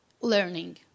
learning